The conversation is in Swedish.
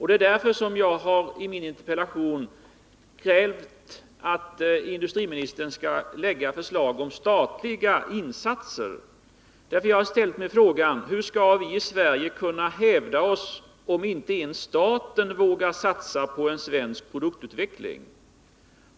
Det är därför som jag i min interpellation har krävt att industriministern skall lägga fram förslag om statliga insatser. Jag har ställt mig frågan: Hur skall vi i Sverige kunna hävda oss, om inte ens staten vågar satsa på svensk produktutveckling?